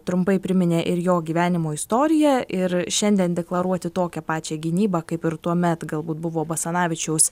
trumpai priminė ir jo gyvenimo istoriją ir šiandien deklaruoti tokią pačią gynybą kaip ir tuomet galbūt buvo basanavičiaus